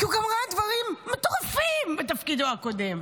כי הוא גם ראה דברים מטורפים בתפקידו הקודם,